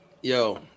Yo